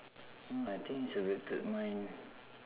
oh I think we celebrated mine